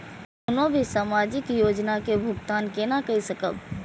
कोनो भी सामाजिक योजना के भुगतान केना कई सकब?